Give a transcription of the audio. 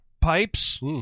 pipes